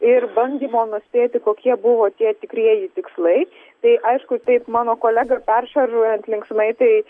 ir bandymo nuspėti kokie buvo tie tikrieji tikslai tai aišku taip mano kolegą peršaržuojant linksmai tai